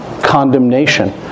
condemnation